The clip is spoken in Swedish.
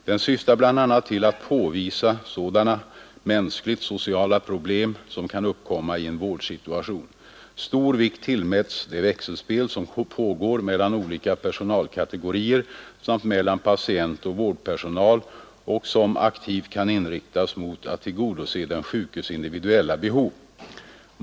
Den syftar bl.a. till att påvisa sådana mänskligt sociala problem som kan uppkomma i en vårdsituation. Stor vikt tillmäts det växelspel som pågår mellan olika personalkategorier samt mellan patient och vårdpersonal och som aktivt kan inriktas mot att tillgodose den sjukes individuella behov.